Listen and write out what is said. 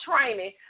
training